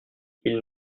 ils